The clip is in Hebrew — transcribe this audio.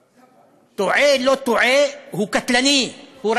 כדור תועה.) תועה, לא תועה, הוא קטלני, הוא רצחני.